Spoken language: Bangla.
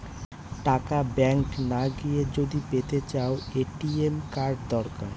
টাকা ব্যাঙ্ক না গিয়ে যদি পেতে চাও, এ.টি.এম কার্ড দরকার